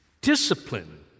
Discipline